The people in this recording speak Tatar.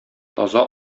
таза